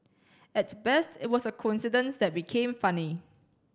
at best it was a coincidence that became funny